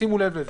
שימו לב לזה.